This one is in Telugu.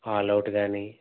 ఆలౌటు గానీ